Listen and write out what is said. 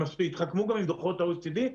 יש את דוחות ה-OECD.